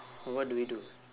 what do we do